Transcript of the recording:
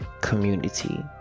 community